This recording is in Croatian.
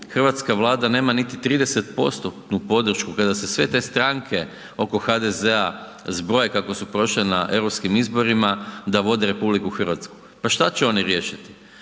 hrvatska Vlada nema niti 30%-tnu podršku, kada se sve te stranke oko HDZ-a zbroje kako su prošle na Europskim izborima, da vode RH, pa šta će oni riješiti?